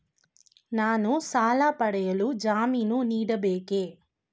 ನಾನು ಸಾಲ ಪಡೆಯಲು ಜಾಮೀನು ನೀಡಬೇಕೇ?